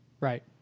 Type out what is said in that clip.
Right